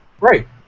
Right